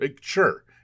Sure